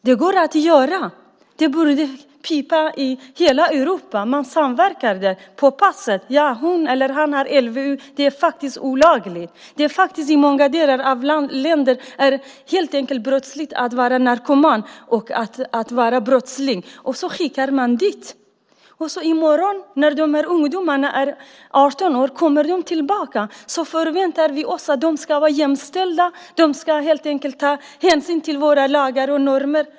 Det går att göra, om hela Europa samverkar och det står i passet att de är omhändertagna enligt LVU och att det är olagligt att skicka i väg dem. I många länder är det brottsligt att vara narkoman och att vara brottsling, men man skickar dit ungdomar. Den dag de är 18 år kommer de tillbaka, och vi förväntar oss att de ska vara jämställda och ta hänsyn till våra lagar och normer.